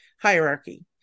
hierarchy